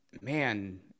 man